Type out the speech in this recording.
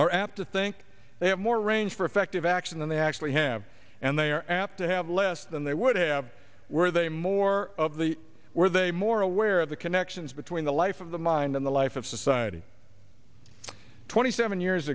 are apt to think they have more range for effective action than they actually have and they are apt to have less than they would have were they more of the where the a more aware of the connections between the life of the mind and the life of society twenty seven years